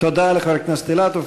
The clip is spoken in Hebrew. תודה לחבר הכנסת אילטוב.